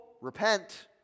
Repent